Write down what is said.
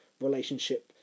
relationship